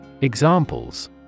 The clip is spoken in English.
Examples